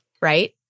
Right